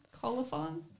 colophon